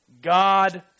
God